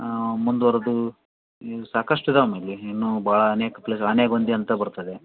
ಮುಂದುವರ್ದು ಇನ್ನೂ ಸಾಕಷ್ಟು ಇದಾವೆ ನಿಮಗೆ ಇನ್ನೂ ಭಾಳ ಅನೇಕ ಪ್ಲೇಸ್ ಆನೆಗೊಂದಿ ಅಂತ ಬರ್ತದೆ